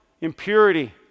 impurity